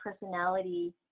personality